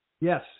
Yes